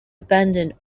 abandoned